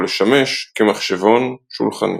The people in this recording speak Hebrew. או לשמש כמחשבון שולחני.